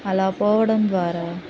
అలా పోవడం ద్వారా